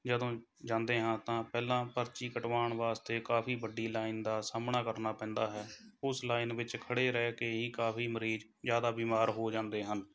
ਜਦੋਂ ਜਾਂਦੇ ਹਾਂ ਤਾਂ ਪਹਿਲਾਂ ਪਰਚੀ ਕਟਵਾਉਣ ਵਾਸਤੇ ਕਾਫ਼ੀ ਵੱਡੀ ਲਾਈਨ ਦਾ ਸਾਹਮਣਾ ਕਰਨਾ ਪੈਂਦਾ ਹੈ ਉਸ ਲਾਈਨ ਵਿੱਚ ਖੜੇ ਰਹਿ ਕੇ ਹੀ ਕਾਫ਼ੀ ਮਰੀਜ਼ ਜ਼ਿਆਦਾ ਬੀਮਾਰ ਹੋ ਜਾਂਦੇ ਹਨ